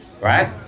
Right